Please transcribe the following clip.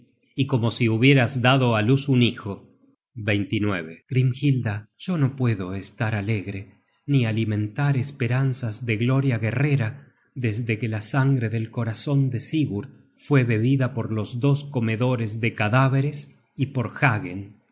y como si hubieras dado á luz un hijo grimhilda yo no puedo estar alegre ni alimentar esperanzas de gloria guerrera desde que la sangre del corazon de sigurd fue bebida por los dos comedores de cadáveres y por